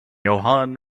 johann